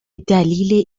دلیل